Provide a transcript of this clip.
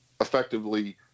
effectively